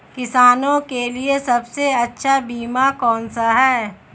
किसानों के लिए सबसे अच्छा बीमा कौन सा है?